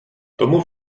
tomu